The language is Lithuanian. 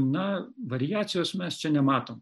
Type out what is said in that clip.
na variacijos mes čia nematom